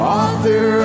author